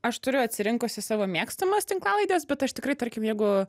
aš turiu atsirinkusi savo mėgstamas tinklalaides bet aš tikrai tarkim jeigu